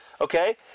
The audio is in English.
Okay